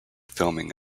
filming